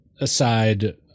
aside